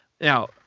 Now